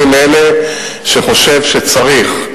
אני מאלה שחושבים שצריך,